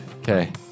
Okay